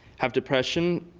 have depression